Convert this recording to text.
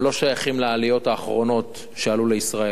הם לא שייכים לעליות האחרונות שעלו לישראל,